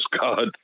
God